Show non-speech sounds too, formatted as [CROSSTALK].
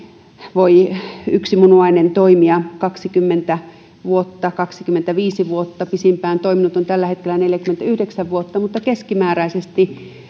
voi toimia kaksikymmentä vuotta kaksikymmentäviisi vuotta pisimpään toiminut on tällä hetkellä neljäkymmentäyhdeksän vuotta niin keskimääräisesti [UNINTELLIGIBLE]